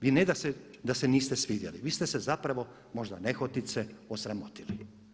Vi ne da se niste svidjeli, vi ste se zapravo možda nehotice osramotili.